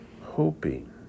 hoping